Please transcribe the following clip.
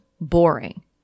boring